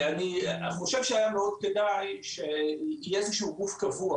אני חושב שהיה מאוד כדאי שיהיה איזה שהוא גוף קבוע